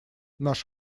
наш